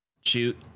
shoot